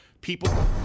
people